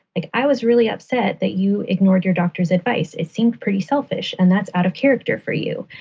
like i was really upset that you ignored your doctor's advice, it seemed pretty selfish. and that's out of character for you.